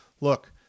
look